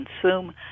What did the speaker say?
consume